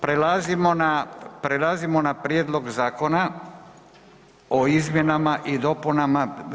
Prelazimo na: Prijedlog zakona o izmjenama i dopunama.